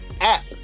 app